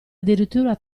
addirittura